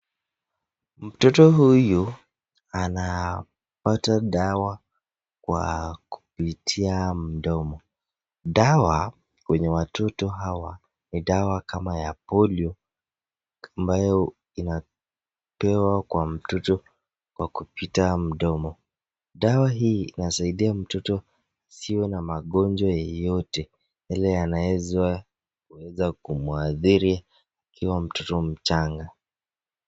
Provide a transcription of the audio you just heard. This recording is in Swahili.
Mtoto huyu anapata dawa kwa kupitia mdomo dawa yenye watoto hawa ni dawa kama ya Polio ambayo inapewa kwa mtoto kwa kupita mdomo dawa hii inasaidia mtoto asiwe na magonjwa yeyote yanayoweza kumwadhiri akiwa mtoto mchanga.